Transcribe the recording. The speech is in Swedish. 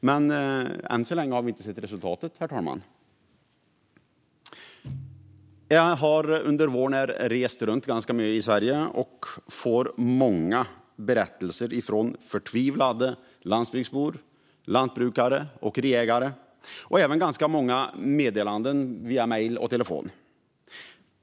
Men än så länge har vi inte sett något resultat av detta. Jag har under våren rest runt ganska mycket i Sverige och fått ta del av många berättelser från förtvivlade landsbygdsbor, lantbrukare och åkeriägare och även ganska många meddelanden via mejl och telefon.